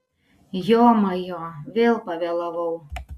jomajo vėl pavėlavau